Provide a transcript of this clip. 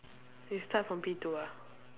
you start from P two ah